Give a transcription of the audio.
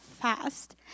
fast